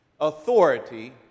authority